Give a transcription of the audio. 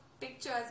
pictures